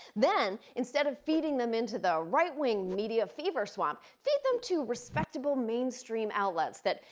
then, instead of feeding them into the right wing media fever swamp, feed them to respectable mainstream outlets that,